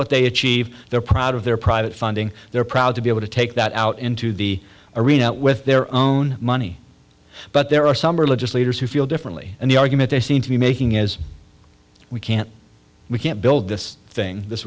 what they achieve they're proud of their private funding they're proud to be able to take that out into the arena with their own money but there are some religious leaders who feel differently and the argument they seem to be making is we can't we can't build this thing this